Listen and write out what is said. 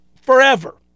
forever